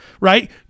Right